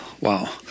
wow